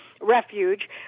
Refuge